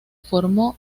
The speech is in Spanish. formó